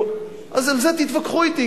אז על זה תתווכחו אתי,